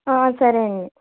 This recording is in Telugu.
సరే అండి